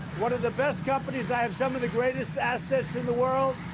one of the best companies. i have some of the greatest assets in the world.